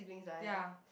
ya